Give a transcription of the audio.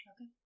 Okay